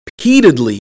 repeatedly